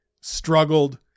struggled